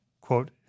quote